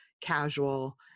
casual